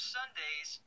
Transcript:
Sundays